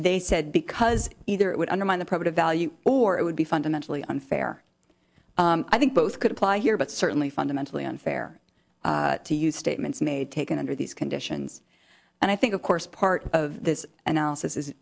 they said because either it would undermine the property value or it would be fundamentally unfair i think both could apply here but certainly fundamentally unfair to use statements made taken under these conditions and i think of course part of this an